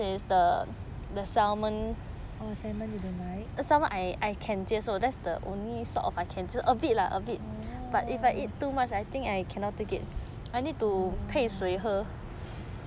orh salmon you don't like orh orh